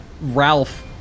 Ralph